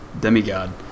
demigod